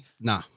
Nah